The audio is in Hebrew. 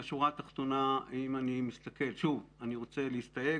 בשורה התחתונה - אני רוצה להסתייג,